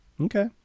Okay